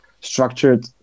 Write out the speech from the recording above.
structured